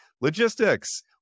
Logistics